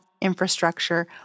infrastructure